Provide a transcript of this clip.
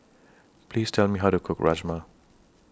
Please Tell Me How to Cook Rajma